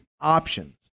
options